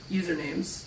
usernames